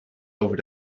over